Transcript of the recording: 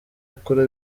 akora